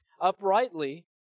uprightly